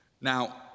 Now